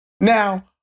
Now